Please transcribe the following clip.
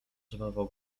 żwawo